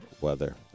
weather